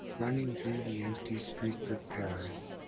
running through the empty streets of paris,